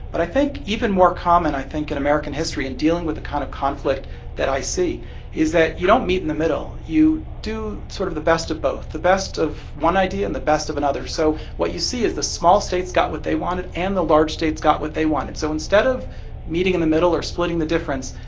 but i think even more common i think in american history in dealing with the kind of conflict that i see is that you don't meet in the middle. you do sort of the best of both the best of one idea and the best of another. so what you see is the small states got what they wanted, and the large states got what they wanted. so instead of meeting in the middle or splitting the difference,